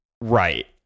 Right